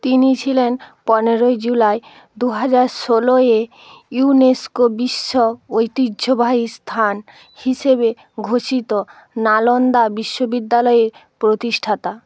তিনি ছিলেন পনেরোই জুলাই দু হাজার ষোলো এ ইউনেস্কো বিশ্ব ঐতিহ্যবাহী স্থান হিসেবে ঘোষিত নালন্দা বিশ্ববিদ্যালয়ের প্রতিষ্ঠাতা